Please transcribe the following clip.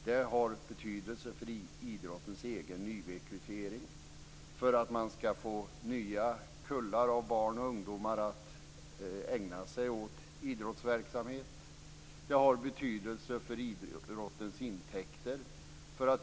Det har betydelse för idrottens egen nyrekrytering, för att man skall få nya kullar av barn och ungdomar att ägna sig åt idrottsverksamhet. Det har betydelse för idrottens intäkter.